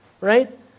right